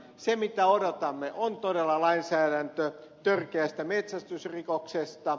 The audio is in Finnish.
se mitä odotamme on todella lainsäädäntö törkeästä metsästysrikoksesta